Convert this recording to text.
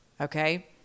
Okay